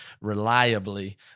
reliably